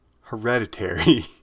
hereditary